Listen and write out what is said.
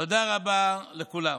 תודה רבה לכולם.